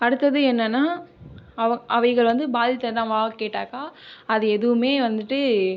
அடுத்தது என்னென்னா அவை அவைகள் வந்து பாதித்ததுமானு கேட்டாக்கா அது இதுவுமே வந்துகிட்டு